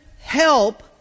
help